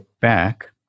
back